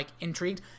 intrigued